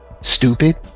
stupid